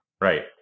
Right